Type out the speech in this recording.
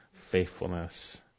faithfulness